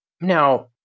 Now